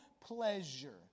pleasure